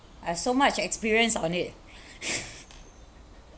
I've so much experience on it